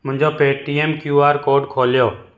मुंहिंजो Paytm Q R code खोलियो